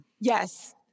yes